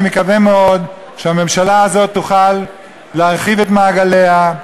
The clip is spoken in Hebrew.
אני מקווה מאוד שהממשלה הזאת תוכל להרחיב את מעגליה.